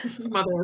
mother